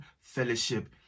fellowship